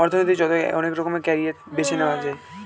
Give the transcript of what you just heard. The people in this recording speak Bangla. অর্থনৈতিক জগতে অনেক রকমের ক্যারিয়ার বেছে নেয়া যায়